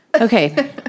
Okay